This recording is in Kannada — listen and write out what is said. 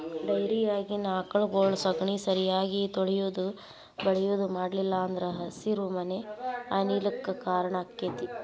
ಡೈರಿಯಾಗಿನ ಆಕಳಗೊಳ ಸಗಣಿ ಸರಿಯಾಗಿ ತೊಳಿಯುದು ಬಳಿಯುದು ಮಾಡ್ಲಿಲ್ಲ ಅಂದ್ರ ಹಸಿರುಮನೆ ಅನಿಲ ಕ್ಕ್ ಕಾರಣ ಆಕ್ಕೆತಿ